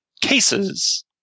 cases